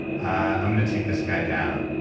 i'm going to take this guy down.